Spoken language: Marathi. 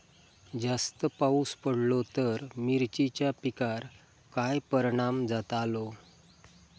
जास्त पाऊस पडलो तर मिरचीच्या पिकार काय परणाम जतालो?